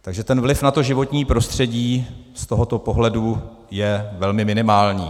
Takže vliv na životní prostředí z tohoto pohledu je velmi minimální.